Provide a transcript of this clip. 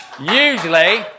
Usually